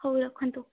ହଉ ରଖନ୍ତୁ